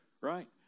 Right